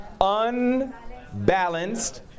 unbalanced